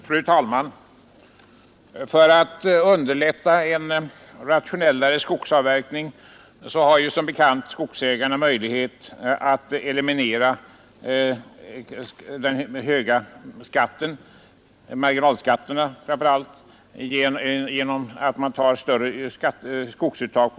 Fru talman! För att underlätta en rationellare skogsavverkning har som bekant skogsägarna möjlighet att eliminera den höga skatten, framför allt marginalskatten, genom att vissa år göra större skogsuttag.